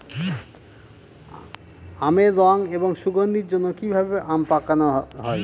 আমের রং এবং সুগন্ধির জন্য কি ভাবে আম পাকানো হয়?